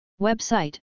Website